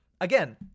Again